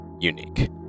unique